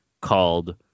called